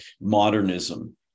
modernism